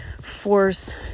force